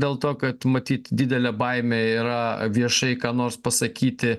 dėl to kad matyt didelė baimė yra viešai ką nors pasakyti